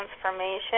transformation